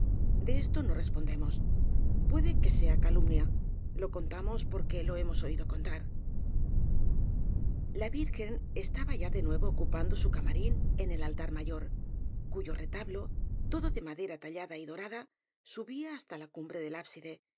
de esto no respondemos puede que sea calumnia lo contamos porque lo hemos oído contar la virgen estaba ya de nuevo ocupando su ca marín en el altar mayor cuyo retablo todo de madera tallada y dorada subía hasta la cumbre del ábside